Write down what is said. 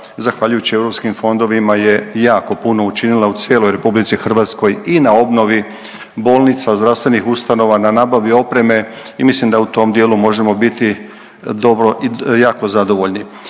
zahvaljujući europskim fondovima je jako puno učinila u cijeloj RH i na obnovi bolnica, zdravstvenih ustanova, na nabavi opreme i mislim da u tom dijelu možemo biti dobro i jako zadovoljni.